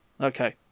Okay